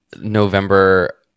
November